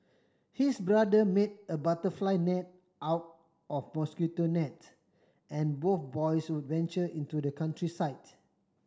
his brother made a butterfly net out of mosquito nets and both boys would venture into the countryside